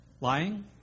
Lying